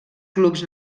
clubs